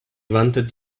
wanted